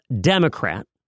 Democrat